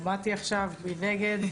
מי נגד?